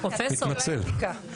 גם מהצד של האתיקה.